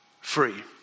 free